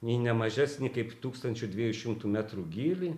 į ne mažesnį kaip tūkstančio dviejų šimtų metrų gylį